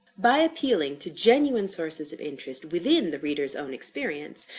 by appealing to genuine sources of interest within the reader's own experience,